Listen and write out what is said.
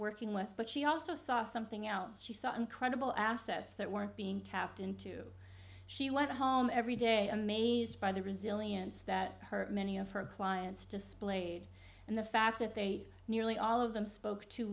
working with but she also saw something else she saw incredible assets that weren't being tapped into she left home every day amazed by the resilience that her many of her clients displayed and the fact that they nearly all of them spoke to